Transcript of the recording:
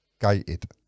gated